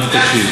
תקשיב.